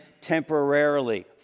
temporarily